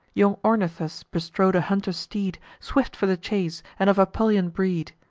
young ornithus bestrode a hunter steed, swift for the chase, and of apulian breed.